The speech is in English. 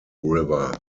river